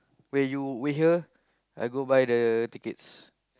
wait you wait here I go buy the tickets